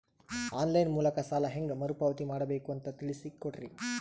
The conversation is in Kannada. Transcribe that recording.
ಆನ್ ಲೈನ್ ಮೂಲಕ ಸಾಲ ಹೇಂಗ ಮರುಪಾವತಿ ಮಾಡಬೇಕು ಅಂತ ತಿಳಿಸ ಕೊಡರಿ?